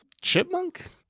chipmunk